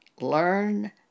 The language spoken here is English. learn